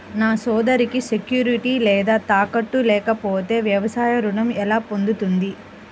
నా సోదరికి సెక్యూరిటీ లేదా తాకట్టు లేకపోతే వ్యవసాయ రుణం ఎలా పొందుతుంది?